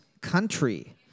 country